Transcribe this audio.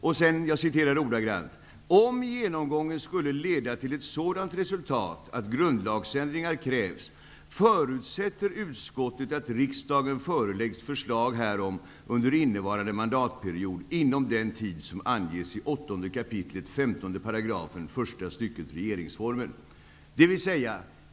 I utskottsbetänkandet sägs vidare: ''Om genomgången skulle leda till ett sådant resultat att grundlagsändringar krävs, förutsätter utskottet att riksdagen föreläggs förslag härom under innevarande mandatperiod inom den tid som anges i 8 kap. 15 § första stycket regeringsformen.''